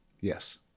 Yes